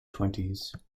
twenties